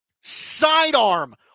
sidearm